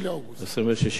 26 באוגוסט.